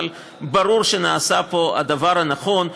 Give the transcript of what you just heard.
אבל ברור שנעשה פה הדבר הנכון.